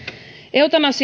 eutanasia